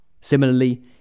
Similarly